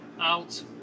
out